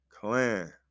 Clan